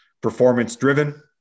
performance-driven